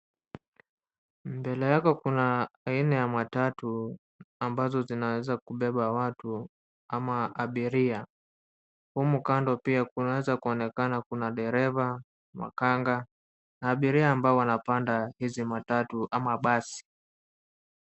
Mbele yako kuna aina ya matatu ambazo zinaweza kubeba watu ama abiria. Humo kando pia kunaweza kuonekana kuna dereva makanga na abiria ambao wanapanda hizi matatu ama basi.